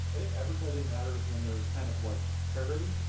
like advertising matters when there is kind of like parity.